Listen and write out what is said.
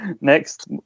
Next